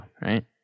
right